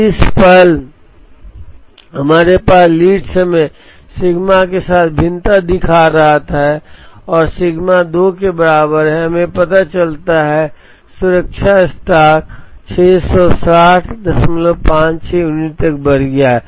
जिस पल हमारे पास लीड समय सिग्मा के साथ भिन्नता दिखा रहा है और सिग्मा 2 के बराबर हैं हमें पता चलता है कि सुरक्षा स्टॉक 66056 यूनिट तक बढ़ गया है